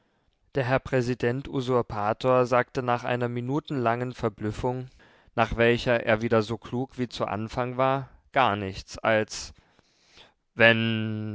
der herr präsident usurpator sagte nach einer minutenlangen verblüffung nach welcher er wieder so klug wie zu anfang war gar nichts als wenn wenn